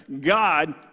god